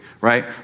Right